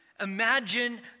imagine